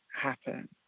happen